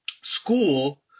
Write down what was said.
school